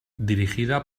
dirigida